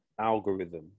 algorithm